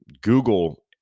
Google